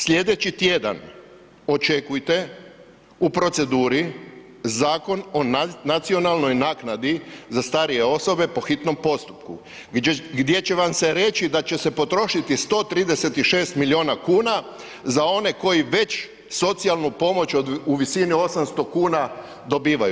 Sljedeći tjedan očekujte u proceduri Zakon o nacionalnoj naknadi za starije osobe po hitnom postupku gdje će vam se reći da će se potrošiti 136 milijuna kuna za one koji već socijalnu pomoć u visini 800 kuna dobivaju.